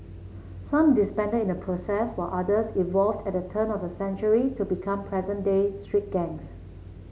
some disbanded in the process while others evolved at the turn of the century to become present day street gangs